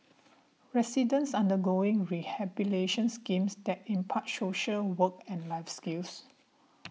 residents undergoing rehabilitation schemes that impart social work and life skills